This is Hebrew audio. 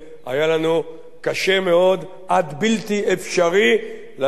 היה לנו קשה מאוד עד בלתי אפשרי לשבת